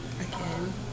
again